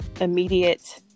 immediate